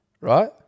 right